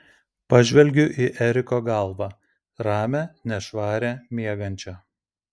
pažvelgiu į eriko galvą ramią nešvarią miegančią